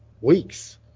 weeks